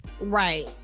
Right